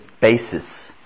basis